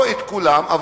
לא את כולם,